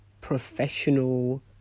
professional